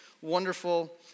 wonderful